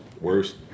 Worst